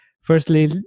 firstly